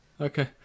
Okay